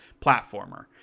platformer